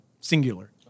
singular